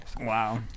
Wow